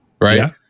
Right